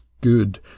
good